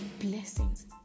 blessings